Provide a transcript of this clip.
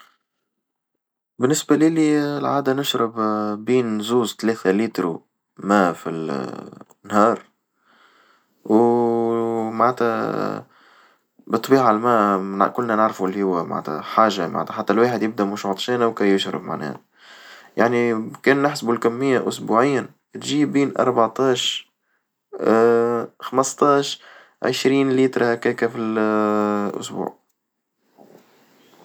بالنسبة ليلي العادة نشرب بين زوج ثلاثة ليترو ماء في النهار ومعنتها بالطبيعة الماء كلنا نعرفو لي هو معنتها حاجة معنتها حتى الواحد يبدأ مش عطشانة وكي يشرب معناها يعني كان نحسبو الكمية أسبوعين تجي بين أربعتاش خمستاش عشرين لترهكيكا في ال الأسبوع.